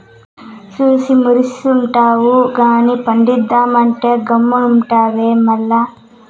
చూసి మురుస్తుండావు గానీ పండిద్దామంటే గమ్మునుండావే మల్ల